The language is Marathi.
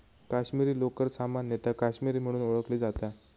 काश्मीरी लोकर सामान्यतः काश्मीरी म्हणून ओळखली जाता